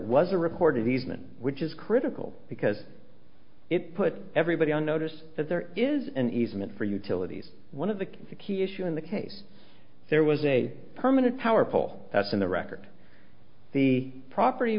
was a report of easement which is critical because it put everybody on notice that there is an easement for utilities one of the key issue in the case there was a permanent powerful that's in the record the property